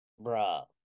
Bruh